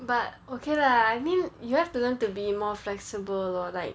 but okay lah I mean you have to learn to be more flexible lor like